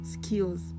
skills